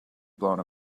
blown